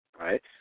right